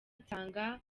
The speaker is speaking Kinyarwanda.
nsanga